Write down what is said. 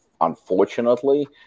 unfortunately